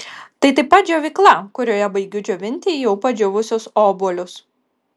tai taip pat džiovykla kurioje baigiu džiovinti jau padžiūvusius obuolius